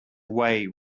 way